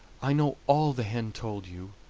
i know all the hen told you,